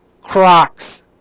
Crocs